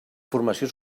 formació